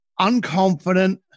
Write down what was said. unconfident